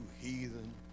heathen